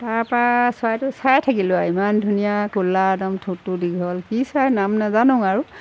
তাৰপা চৰাইটো চাই থাকিলোঁ আৰু ইমান ধুনীয়া ক'লা একদম ঠোঁটটো দীঘল কি চৰাই নাম নাজানো আৰু